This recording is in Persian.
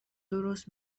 درست